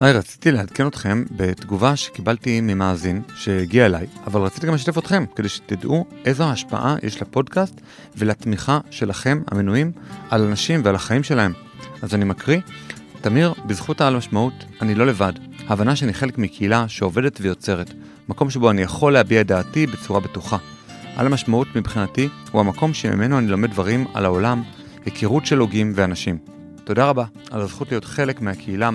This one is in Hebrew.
היי, רציתי לעדכן אתכם בתגובה שקיבלתי ממאזין שהגיעה אליי, אבל רציתי גם לשתף אותכם כדי שתדעו איזו השפעה יש לפודקאסט ולתמיכה שלכם המנויים על אנשים ועל החיים שלהם. אז אני מקריא, תמיר, בזכות העל משמעות אני לא לבד. ההבנה שאני חלק מקהילה שעובדת ויוצרת, מקום שבו אני יכול להביע את דעתי בצורה בטוחה. העל המשמעות מבחינתי הוא המקום שממנו אני לומד דברים על העולם, הכירות של הוגים ואנשים. תודה רבה על הזכות להיות חלק מהקהילה.